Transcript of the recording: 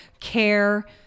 care